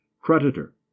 creditor